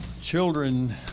Children